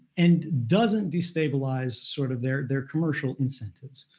and doesn't destabilize sort of their their commercial incentives.